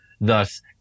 thus